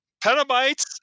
petabytes